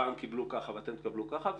פעם קיבלו ככה ואתם תקבלו ככה.